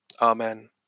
Amen